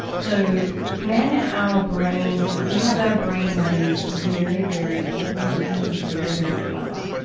so when and our brain we have a brain that is very, very old and very, very clever.